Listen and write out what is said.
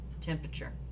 temperature